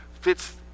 fits